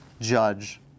judge